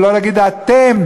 ולא להגיד "אתם".